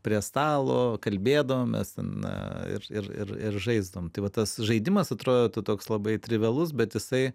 prie stalo kalbėdavomės na ir ir ir žaisdavom tai va tas žaidimas atrodo toks labai trivialus bet jisai